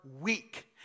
weak